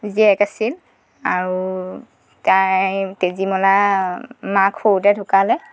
জীয়েক আছিল আৰু তাই তেজীমলাৰ মাক সৰুতে ঢুকালে